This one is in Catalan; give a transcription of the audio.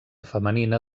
femenina